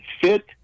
fit